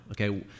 Okay